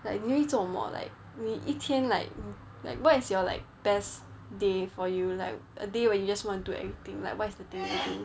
like 妳会做什么 like 妳一天 like like what is your like best day for you like a day when you just want to everything like what's the day